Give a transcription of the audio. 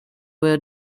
were